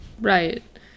Right